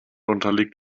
unterliegt